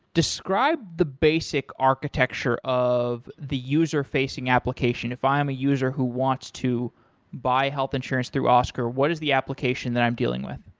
describe the basic architecture of the user facing application. if i'm a user who wants to buy health insurance through oscar, what is the application that i'm dealing with?